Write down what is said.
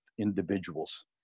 individuals